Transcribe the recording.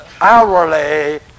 hourly